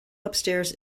upstairs